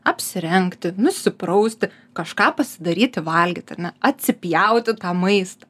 apsirengti nusiprausti kažką pasidaryti valgyti ar ne atsipjauti tą maistą